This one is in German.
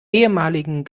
ehemaligen